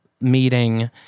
meeting